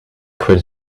quit